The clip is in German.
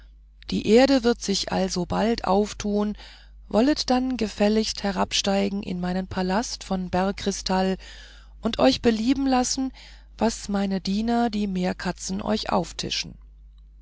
die erde wird sich alsobald auftun wollet dann nur gefälligst herabsteigen in meinen palast von bergkristall und euch belieben lassen was meine diener die meerkatzen euch auftischen